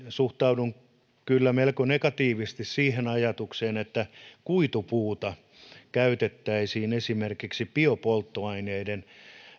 suhtaudun kyllä melko negatiivisesti siihen ajatukseen että kuitupuuta käytettäisiin esimerkiksi biopolttoaineiden